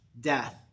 death